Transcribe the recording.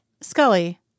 Scully